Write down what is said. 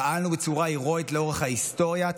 פעלנו בצורה הירואית לאורך ההיסטוריה,